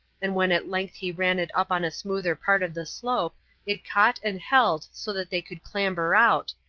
and when at length he ran it up on a smoother part of the slope it caught and held so that they could clamber out,